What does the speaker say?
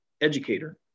educator